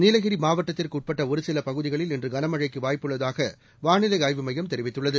நீலகிரி மாவட்டத்திற்கு உட்பட்ட ஒரு சில பகுதிகளில் இன்று கனமழைக்கு வாய்ப்பு உள்ளதாக வானிலை ஆய்வு மையம் தெரிவித்துள்ளது